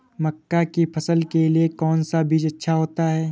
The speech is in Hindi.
मक्का की फसल के लिए कौन सा बीज अच्छा होता है?